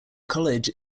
college